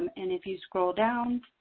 and if you scroll down,